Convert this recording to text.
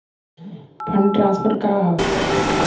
Fund transfer का हव?